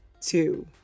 two